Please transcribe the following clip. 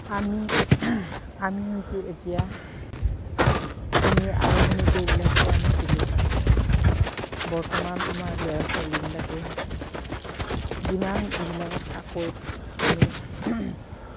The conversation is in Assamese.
আমি আমি হৈছোঁ এতিয়া আমি আৰম্ভণিতে এইবিলাক পোৱা নাছিলোঁ বৰ্তমান আমাৰ ল'ৰা ছোৱালীবিলাকে যিমান এইবিলাকত পাকৈত আমি